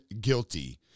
guilty